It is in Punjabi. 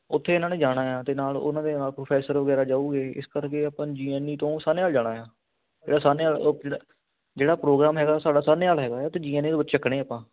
ਉੱਥੇ ਇਹਨਾਂ ਨੇ ਜਾਣਾ ਅਤੇ ਨਾਲ ਉਹਨਾਂ ਦੇ ਨਾਲ ਪ੍ਰੋਫੈਸਰ ਵਗੈਰਾ ਜਾਊਗੇ ਇਸ ਕਰਕੇ ਆਪਾਂ ਨੇ ਜੀਐਨਈ ਤੋਂ ਸਾਹਨੇਆਲ ਜਾਣਾ ਆ ਸਾਹਨੇਆਲ ਜਿਹੜਾ ਪ੍ਰੋਗਰਾਮ ਹੈਗਾ ਸਾਡਾ ਸਾਹਨੇਆਲ ਹੈਗਾ ਏ ਅਤੇ ਜੀਐਨਈ ਦੇ ਬੱਚੇ ਚੱਕਣੇ ਆਪਾਂ